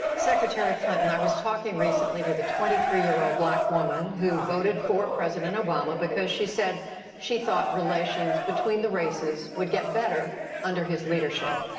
secretary clinton, i was talking recently with a twenty three year old black woman who voted for president obama because she said she thought relations between the races would get better under his leadership,